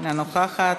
אינה נוכחת.